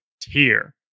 tier